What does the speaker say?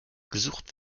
gesucht